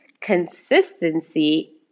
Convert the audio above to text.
consistency